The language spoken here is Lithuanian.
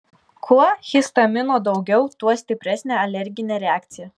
kuo histamino daugiau tuo stipresnė alerginė reakcija